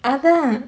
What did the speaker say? அதான்:athaan